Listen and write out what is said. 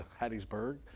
Hattiesburg